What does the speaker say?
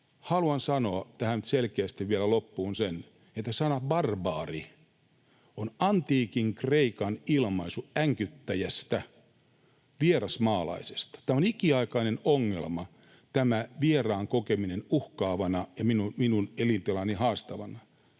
Haluan sanoa tähän selkeästi vielä loppuun, että sana barbaari on antiikin kreikan ilmaisu änkyttäjästä, vierasmaalaisesta. On ikiaikainen ongelma tämä vieraan kokeminen uhkaavana ja minun elintilaani haastavana.